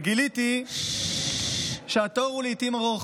וגיליתי שהתור הוא לעיתים ארוך.